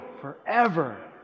forever